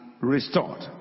restored